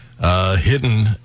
Hidden